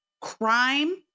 crime